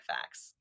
Facts